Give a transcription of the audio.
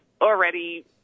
already